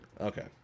Okay